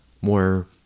more